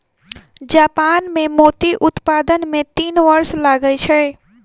Japan मे मोती उत्पादन मे तीन वर्ष लगै छै